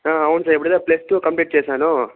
అవును సర్ ఇప్పటిదాకా plus two complete చేశాను